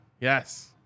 Yes